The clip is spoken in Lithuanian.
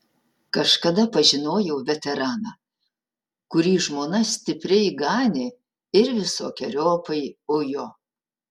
kažkada pažinojau veteraną kurį žmona stipriai ganė ir visokeriopai ujo